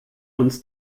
uns